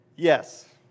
Yes